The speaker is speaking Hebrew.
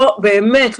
באמת,